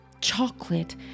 chocolate